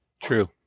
True